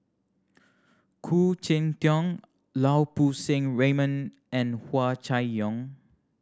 Khoo Cheng Tiong Lau Poo Seng Raymond and Hua Chai Yong